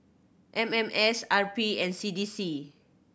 M M S R P and C D C